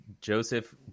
Joseph